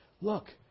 Look